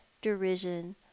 derision